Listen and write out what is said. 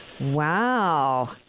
Wow